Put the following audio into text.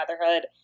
motherhood